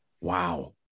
Wow